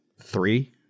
three